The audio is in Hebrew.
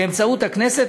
באמצעות הכנסת,